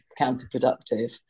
counterproductive